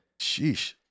Sheesh